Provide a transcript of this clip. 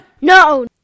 no